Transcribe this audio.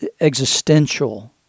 existential